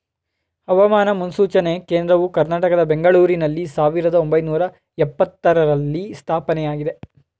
ಹವಾಮಾನ ಮುನ್ಸೂಚನೆ ಕೇಂದ್ರವು ಕರ್ನಾಟಕದ ಬೆಂಗಳೂರಿನಲ್ಲಿ ಸಾವಿರದ ಒಂಬೈನೂರ ಎಪತ್ತರರಲ್ಲಿ ಸ್ಥಾಪನೆಯಾಗಿದೆ